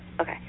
Okay